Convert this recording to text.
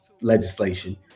legislation